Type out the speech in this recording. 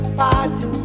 party